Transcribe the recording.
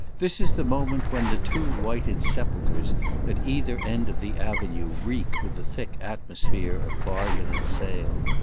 this is the moment when the two whited sepulchres at either end of the avenue reek with the thick atmosphere of bargain and sale.